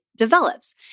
develops